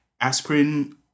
aspirin